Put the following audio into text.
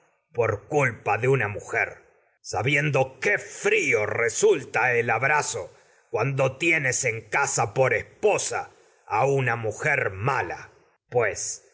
por culpa de una mujer sa biendo qué frió resulta el abrazo cuando tienes en casa a por esposa una mujer mala pues